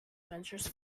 ventures